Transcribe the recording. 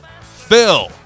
Phil